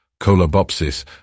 Colobopsis